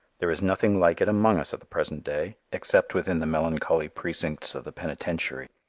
there is nothing like it among us at the present day except within the melancholy precincts of the penitentiary.